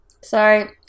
Sorry